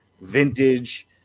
vintage